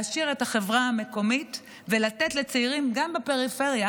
להעשיר את החברה המקומית ולתת לצעירים גם בפריפריה